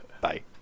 Bye